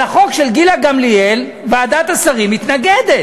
לחוק של גילה גמליאל, ועדת השרים מתנגדת.